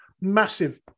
Massive